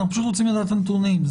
אנחנו פשוט רוצים לדעת את הנתונים.